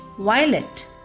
violet